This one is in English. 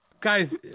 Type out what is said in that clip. guys